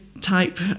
type